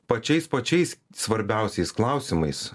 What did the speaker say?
pačiais pačiais svarbiausiais klausimais